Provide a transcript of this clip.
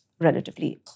relatively